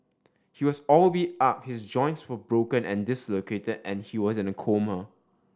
he was all beat up his joints were broken and dislocated and he was in a coma